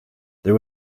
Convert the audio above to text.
there